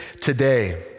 today